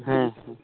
ᱦᱮᱸ ᱦᱮᱸ